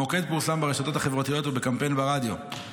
המוקד פורסם ברשתות החברתיות ובקמפיין ברדיו,